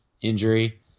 injury